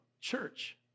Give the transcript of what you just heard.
church